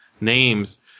names